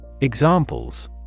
Examples